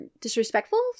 disrespectful